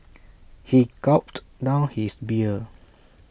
he gulped down his beer